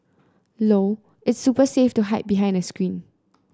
low its super safe to hide behind a screen